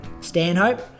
Stanhope